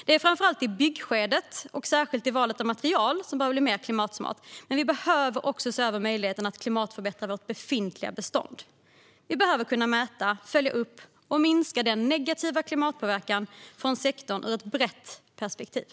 Det är framför allt i byggskedet och särskilt i valet av material som vi behöver bli mer klimatsmarta, men vi behöver också se över möjligheten att klimatförbättra vårt befintliga bestånd. Vi behöver kunna mäta, följa upp och minska den negativa klimatpåverkan från sektorn ur ett brett perspektiv.